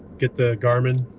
get the garmin.